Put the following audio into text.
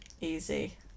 Easy